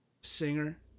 singer